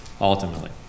Ultimately